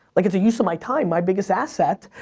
like it's a use of my time, my biggest asset,